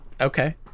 Okay